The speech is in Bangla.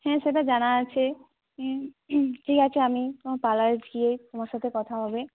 হ্যাঁ সেটা জানা আছে ঠিক আছে আমি পার্লারে গিয়ে তোমার সাথে কথা হবে